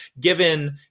given